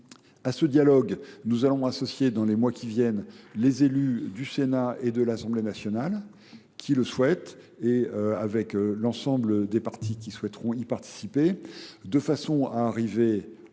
A ce dialogue, nous allons associer dans les mois qui viennent les élus du Sénat et de l'Assemblée nationale qui le souhaitent, et avec l'ensemble des partis qui souhaiteront y participer, de façon à arriver